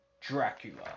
Dracula